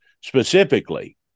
specifically